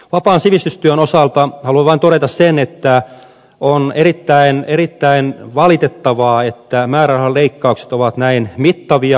vapaan sivistystyön osalta haluan vain todeta sen että on erittäin valitettavaa että määrärahaleikkaukset ovat näin mittavia